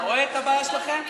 אתה רואה את הבעיה שלכם?